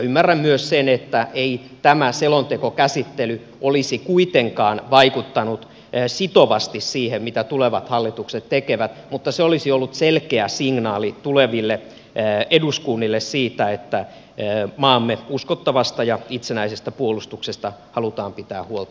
ymmärrän myös sen että ei tämä selontekokäsittely olisi kuitenkaan vaikuttanut sitovasti siihen mitä tulevat hallitukset tekevät mutta se olisi ollut selkeä signaali tuleville eduskunnille siitä että maamme uskottavasta ja itsenäisestä puolustuksesta halutaan pitää huolta myös tulevaisuudessa